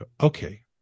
Okay